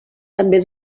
també